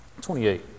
28